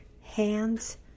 hands